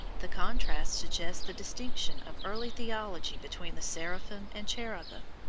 the contrast suggests the distinction of early theology between the seraphim and cherubim,